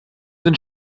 sind